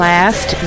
Last